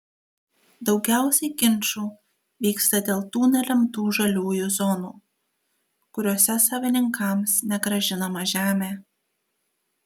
daugiausiai ginčų vyksta dėl tų nelemtų žaliųjų zonų kuriose savininkams negrąžinama žemė